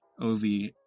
Ovi